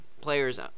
Players